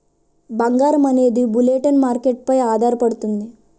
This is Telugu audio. బంగారం అనేది బులిటెన్ మార్కెట్ పై ఆధారపడుతుంది